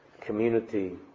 community